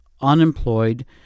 unemployed